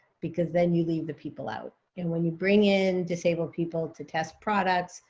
because then you leave the people out. and when you bring in disabled people to test products,